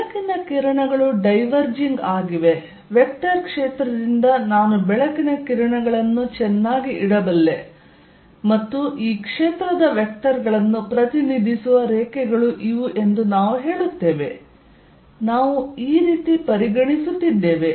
ಬೆಳಕಿನ ಕಿರಣಗಳು ಡೈವರ್ಜಿಂಗ್ ಆಗಿವೆ ವೆಕ್ಟರ್ ಕ್ಷೇತ್ರದಿಂದ ನಾನು ಬೆಳಕಿನ ಕಿರಣಗಳನ್ನು ಚೆನ್ನಾಗಿ ಇಡಬಲ್ಲೆ ಮತ್ತು ಈ ಕ್ಷೇತ್ರದ ವೆಕ್ಟರ್ ಗಳನ್ನು ಪ್ರತಿನಿಧಿಸುವ ರೇಖೆಗಳು ಇವು ಎಂದು ನಾವು ಹೇಳುತ್ತೇವೆ ನಾವು ಈ ರೀತಿ ಪರಿಗಣಿಸುತ್ತಿದ್ದೇವೆ